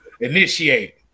initiate